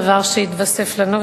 דבר שהתווסף לנו,